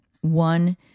one